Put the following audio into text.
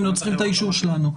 הם לא צריכים את האישור שלנו.